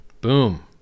Boom